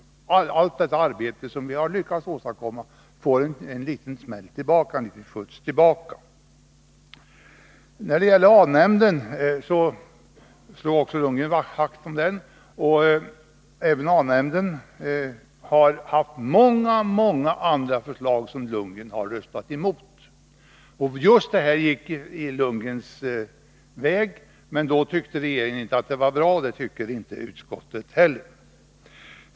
Allt det arbete som vi har lyckats åstadkomma skulle skjutas tillbaka. Bo Lundgren slog också vakt om A-nämnden. Även A-nämnden har haft många andra förslag som Bo Lundgren har röstat emot. Just detta förslag gick Bo Lundgrens väg, men regeringen tyckte inte att det var bra, och det tycker inte utskottet heller.